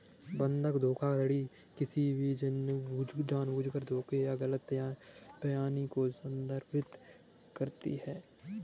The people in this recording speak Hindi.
बंधक धोखाधड़ी किसी भी जानबूझकर धोखे या गलत बयानी को संदर्भित करती है